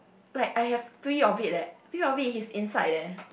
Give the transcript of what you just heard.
like I have three of it leh three of it is inside leh